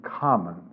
common